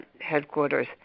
headquarters